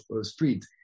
street